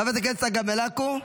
חברת הכנסת צגה מלקו,